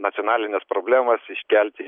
nacionalines problemas iškelti